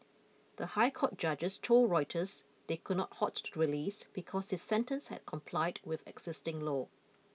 the High Court judges told Reuters they could not halt the release because his sentence had complied with existing law